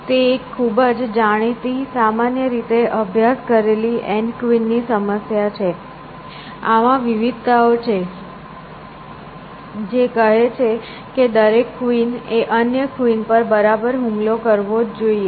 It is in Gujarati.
તેથી તે એક ખૂબ જ જાણીતી સામાન્ય રીતે અભ્યાસ કરેલી એન કવિન ની સમસ્યા છે આમાં વિવિધતાઓ છે જે કહે છે કે દરેક કવિન એ અન્ય કવિન પર બરાબર હુમલો કરવો જ જોઇએ